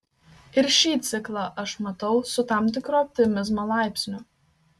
ir šį ciklą aš matau su tam tikru optimizmo laipsniu